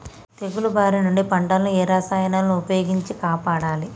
తెగుళ్ల బారి నుంచి పంటలను ఏ రసాయనాలను ఉపయోగించి కాపాడాలి?